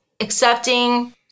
accepting